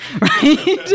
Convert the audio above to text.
right